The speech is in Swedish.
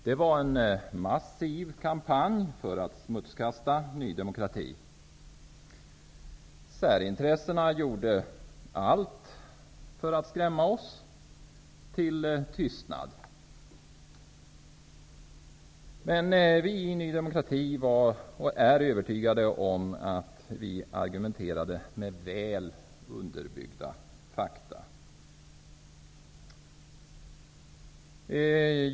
Det var en massiv kampanj för att smutskasta Ny demokrati; särintressena gjorde allt för att skrämma oss till tystnad. Men vi i Ny demokrati är övertygade om att vi argumenterade med väl underbyggda fakta.